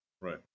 right